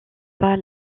pas